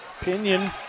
Pinion